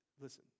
listen